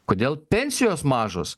kodėl pensijos mažos